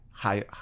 High